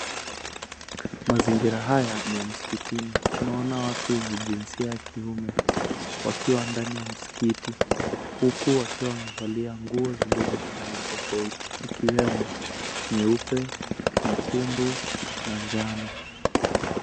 Mazingira haya ni ya msikitini. Tunaona watu wenye jinsia ya kiume wakiwa ndani ya msikiti huku wakiwa wamevalia nguo zilizo na rangi tofauti ikiwemo nyeupe, nyekundu na njano.